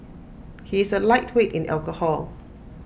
he is A lightweight in alcohol